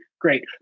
great